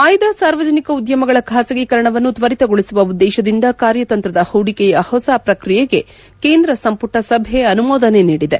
ಆಯ್ದ ಸಾರ್ವಜನಿಕ ಉದ್ದಮಗಳ ಖಾಸಗೀಕರಣವನ್ನು ತ್ವರಿತಗೊಳಿಸುವ ಉದ್ದೇಶದಿಂದ ಕಾರ್ಯತಂತ್ರದ ಹೂಡಿಕೆಯ ಹೊಸ ಪ್ರಕ್ರಿಯೆಗೆ ಕೇಂದ್ರ ಸಂಪುಟ ಸಭೆ ಅನುಮೋದನೆ ನೀಡಿದೆ